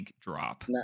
drop